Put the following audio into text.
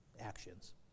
actions